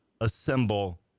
assemble